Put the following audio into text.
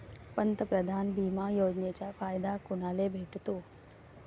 पंतप्रधान बिमा योजनेचा फायदा कुनाले भेटतो?